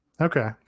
okay